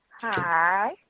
hi